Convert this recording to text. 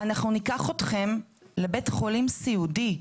ניקח אתכם לבית חולים סיעודי'.